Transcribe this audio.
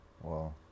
Wow